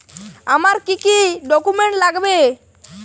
আমার কি কি ডকুমেন্ট লাগবে?